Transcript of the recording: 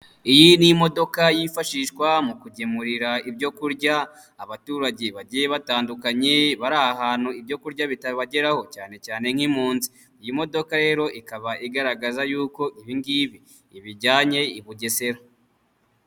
Iyi ni imodoka yifashishwa mu kugemurira ibyo kurya abaturage bagiye batandukanye bari ahantu ibyo kurya bitabageraho cyane cyane nk'impunzi, iyi modoka rero ikaba igaragaza yuko ibi ngibi ibijyanye i Bugesera.